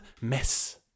mess